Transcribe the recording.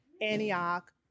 Antioch